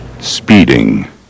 Speeding